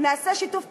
נעשה שיתוף פעולה.